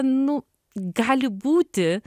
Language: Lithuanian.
nu gali būti